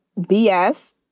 BS